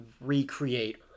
recreate